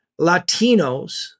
Latinos